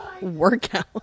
workout